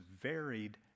varied